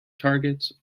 targets